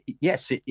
yes